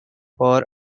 for